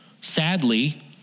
sadly